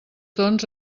doncs